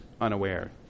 unaware